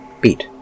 Beat